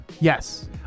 yes